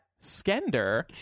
Skender